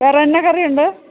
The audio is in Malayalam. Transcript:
വേറെ എന്നാ കറി ഉണ്ട്